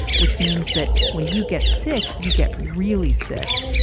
which means that when you get sick, you get really sick.